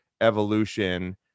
evolution